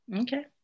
okay